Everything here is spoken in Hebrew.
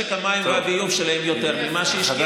שהשקיעו בעבר אולי במשק המים והביוב שלהן יותר ממה שהשקיעו,